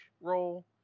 role